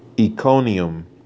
Iconium